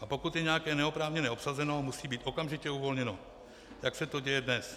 A pokud je nějaké neoprávněně obsazeno, musí být okamžitě uvolněno, jak se to děje dnes.